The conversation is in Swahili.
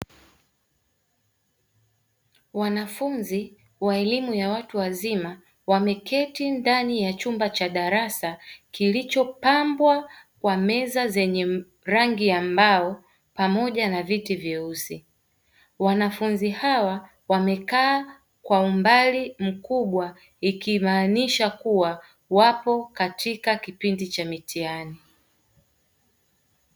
Wanafunzi wa elimu ya watu wazima wameketi ndani ya chumba cha darasa kilichopambwa kwa meza zenye rangi ya mbao pamoja na viti vyeusi. Wanafunzi hawa wamekaa kwa umbali mkubwa ikimaanisha kuwa wapo katika kipindi cha mitihani.